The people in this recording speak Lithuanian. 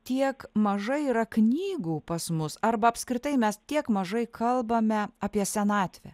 tiek mažai yra knygų pas mus arba apskritai mes tiek mažai kalbame apie senatvę